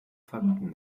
fakten